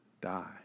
die